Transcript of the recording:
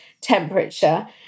temperature